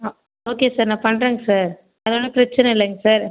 அ okay sir நான் பண்றங்க sir அதனால் பிரச்சனை இல்லைங்க சார்